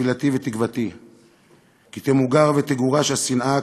תפילתי ותקוותי כי תמוגר ותגורש השנאה,